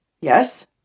Yes